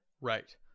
right